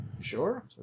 Sure